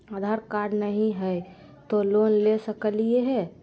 आधार card नही हय, तो लोन ले सकलिये है?